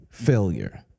failure